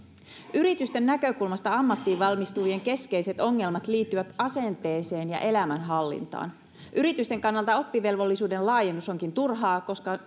yritysten näkökulmasta ammattiin valmistuvien keskeiset ongelmat liittyvät asenteeseen ja elämänhallintaan yritysten kannalta oppivelvollisuuden laajennus onkin turhaa koska